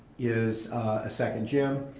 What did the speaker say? is a second gym.